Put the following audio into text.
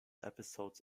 episodes